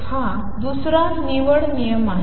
तर हा दुसरा निवड नियम आहे